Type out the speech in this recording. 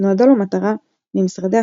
נועדה לו מטרה ממשרד החוץ,